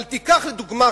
אבל תיקח לדוגמה,